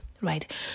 right